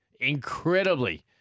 incredibly